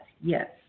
Yes